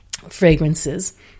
fragrances